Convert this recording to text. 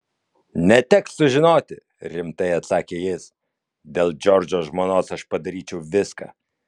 neteks sužinoti rimtai atsakė jis dėl džordžo žmonos aš padaryčiau viską